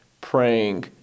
praying